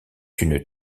une